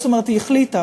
זאת אומרת, היא החליטה.